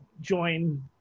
join